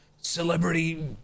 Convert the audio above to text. Celebrity